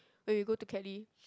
when we go to Kelly